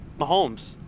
Mahomes